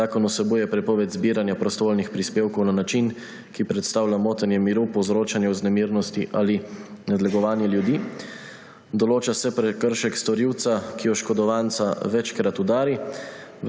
Zakon vsebuje prepoved zbiranja prostovoljnih prispevkov na način, ki predstavlja motenje miru, povzročanje vznemirjenosti ali nadlegovanje ljudi. Določa se prekršek storilca, ki oškodovanca večkrat udari.